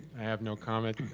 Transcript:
have no comment.